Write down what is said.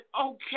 Okay